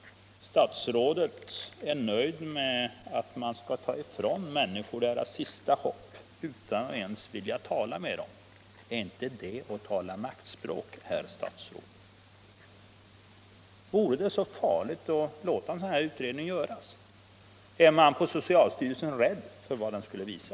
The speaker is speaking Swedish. Statsrådet är nöjd då man tar ifrån människor deras sista hopp utan att ens vilja tala med dem. Är inte det att tala maktspråk, herr statsråd? Vore det så farligt att låta denna utredning göras? Är socialstyrelsen rädd för vad den skulle visa?